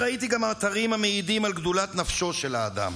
ראיתי גם אתרים המעידים על גדולת נפשו של האדם,